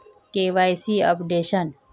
KYC updation?